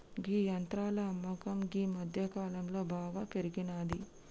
గీ యంత్రాల అమ్మకం గీ మధ్యకాలంలో బాగా పెరిగినాది